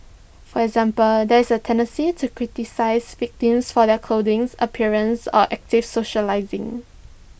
for example there is A tendency to criticise victims for their clothing appearance or active socialising